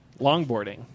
Longboarding